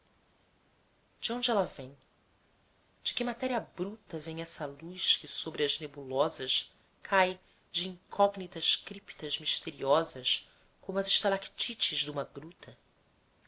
de onde ela vem de que matéria bruta vem essa luz que sobre as nebulosas cai de incógnitas criptas misteriosas como as estalactites duma gruta